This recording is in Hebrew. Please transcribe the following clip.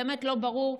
באמת לא ברור.